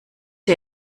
ihr